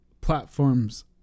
platforms